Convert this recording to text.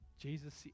Jesus